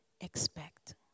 expect